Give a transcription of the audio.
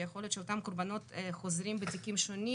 שיכול להיות שאותם קורבנות חוזרים בתיקים שונים